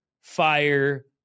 fire